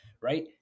right